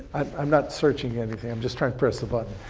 i'm not searching anything, i'm just trying to press but